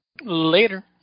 Later